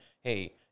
hey